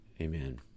amen